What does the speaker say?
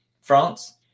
France